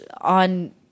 on